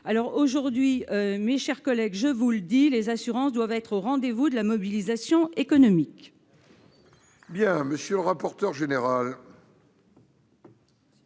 Aujourd'hui, mes chers collègues, je vous le dis : les assurances doivent être au rendez-vous de la mobilisation économique.